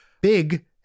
big